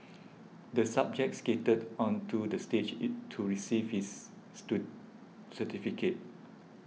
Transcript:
the subject skated onto the stage it to receive his certificate